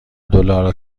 دلار